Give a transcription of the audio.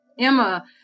Emma